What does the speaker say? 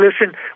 listen